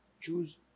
Choose